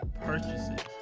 purchases